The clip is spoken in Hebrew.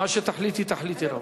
מה שתחליטי, תחליטי.